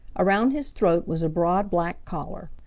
around his throat was a broad, black collar.